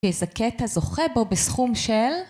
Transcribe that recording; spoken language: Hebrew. איזה קטע זוכה בו בסכום של